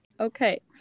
Okay